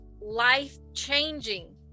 life-changing